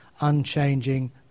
unchanging